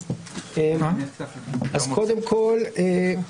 אז קודם כל אני